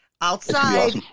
Outside